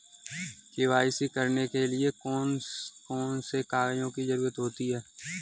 KYC करने के लिए कौन कौन से कागजों की जरूरत होती है?